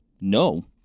no